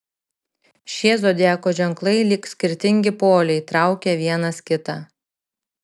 šie zodiako ženklai lyg skirtingi poliai traukia vienas kitą